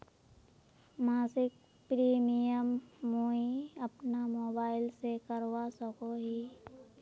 मासिक प्रीमियम मुई अपना मोबाईल से करवा सकोहो ही?